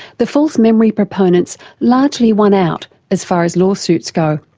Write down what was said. the false memory proponents largely won out as far as law suits go.